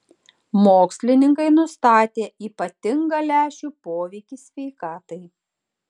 mokslininkai nustatė ypatingą lęšių poveikį sveikatai